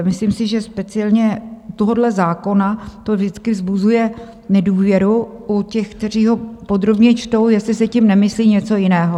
Myslím si, že speciálně u tohohle zákona to vždycky vzbuzuje nedůvěru u těch, kteří ho podrobně čtou, jestli se tím nemyslí něco jiného.